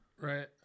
Right